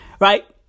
right